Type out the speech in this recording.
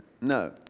No